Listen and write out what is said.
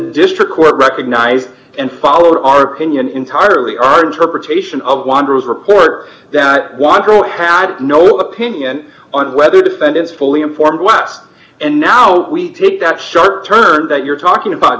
district court recognized and followed our opinion entirely on our interpretation of wanderers report that one group had no opinion on whether defendants fully informed whites and now we take that short turn that you're talking about